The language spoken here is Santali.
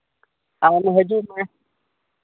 ᱟᱢ ᱦᱤᱡᱩᱜ ᱢᱮ